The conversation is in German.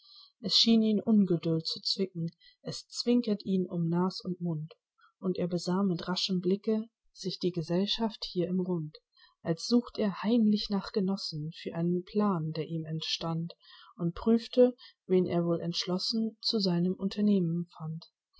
es schien ihn ungeduld zu zwicken es zwinkert ihm um nas und mund und er besah mit raschen blicken sich die gesellschaft hier im rund als sucht er heimlich nach genossen für einen plan der ihm entstand und prüfte wen er wohl entschlossen zu seinem unternehmen fand